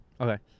Okay